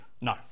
No